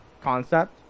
concept